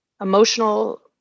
emotional